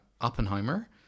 Oppenheimer